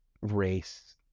race